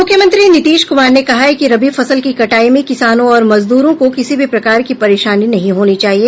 मूख्यमंत्री नीतीश कुमार ने कहा है कि रबी फसल की कटाई में किसानों और मजदूरों को किसी भी प्रकार की परेशानी नहीं होनी चाहिये